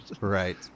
Right